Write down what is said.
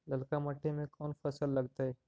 ललका मट्टी में कोन फ़सल लगतै?